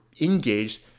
engaged